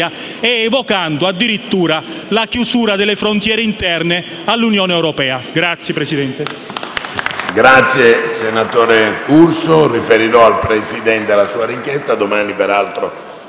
evocando addirittura la chiusura delle frontiere interne all'Unione europea. *(Applausi